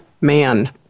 man